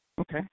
Okay